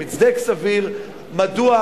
עם הצדקה סבירה,